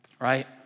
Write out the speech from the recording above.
right